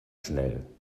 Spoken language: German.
schnell